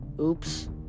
Oops